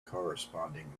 corresponding